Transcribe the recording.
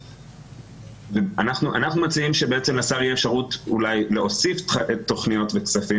אנחנו מציעים שלשר תהיה אפשרות להוסיף תכניות וכספים